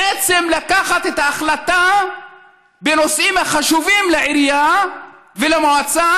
בעצם לקחת את ההחלטה בנושאים החשובים לעירייה ולמועצה